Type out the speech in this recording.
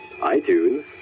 iTunes